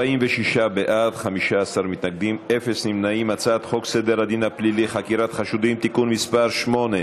ההצעה להעביר את הצעת חוק סדר הדין הפלילי (חקירת חשודים) (תיקון מס' 8)